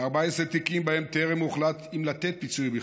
ו-14 תיקים שבהם טרם הוחלט אם לתת פיצוי בכלל.